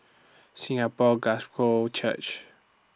Singapore Gospel Church